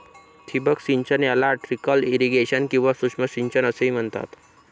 ठिबक सिंचन याला ट्रिकल इरिगेशन किंवा सूक्ष्म सिंचन असेही म्हणतात